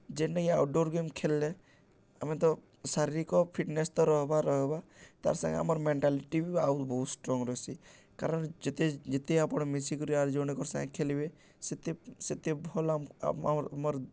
ଯେନ୍ଟାକି outdoor game ଖେଲ୍ଲେ ଆମେ ତ ଶାରୀରିକ ଫିଟ୍ନେସ୍ ତ ରହେବା ରହେବା ତାର୍ ସାଙ୍ଗେ ଆମର୍ ମେଣ୍ଟାଲିଟି ବି ଆଉ ବହୁତ୍ ଷ୍ଟ୍ରଙ୍ଗ୍ ରହେସି କାରଣ୍ ଯେତେ ଯେତେ ଆପଣ୍ ମିଶିକରି ଆର୍ ଜଣକର୍ ସାଙ୍ଗେ ଖେଲ୍ବେ ସେତେ ସେତେ ଭଲ୍ ଆମର୍